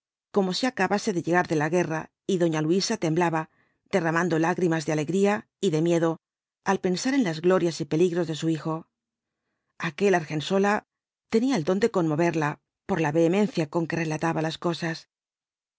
como si acabase de llegar de la guerra y doña luisa temblaba derramando lágrimas de alegría y de miedo al pensar en las glorias y peligros de su hijo aquel argensola tenía el don de conmoverla por la vehemencia con que relataba las cosas